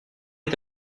est